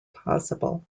possible